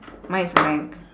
mine is blank